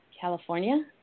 California